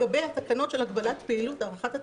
לגבי התקנות של הגבלת פעילות, הארכת התקש"ח,